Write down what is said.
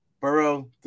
Burrow